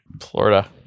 Florida